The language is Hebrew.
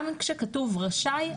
גם כשכתוב רשאי,